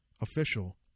official